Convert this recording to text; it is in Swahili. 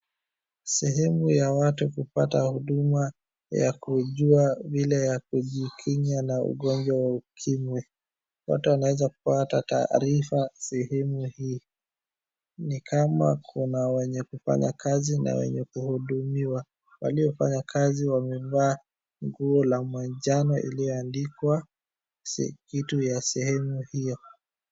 Sehemu ya watu kupata huduma ya kujua vile ya kujikinga na ugonjwa wa ukimwi. Watu wanaweza pata taarifa sehemu hii. Nikama kuna wenye kupanga kazi na wenye kuhudumiwa. Waliofanya kazi wamevaa nguo la majano iliyoandikwa kitu ya sehemu hiyo.